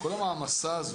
כל המעמסה הזאת,